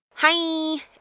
Hi